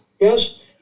Yes